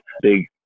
big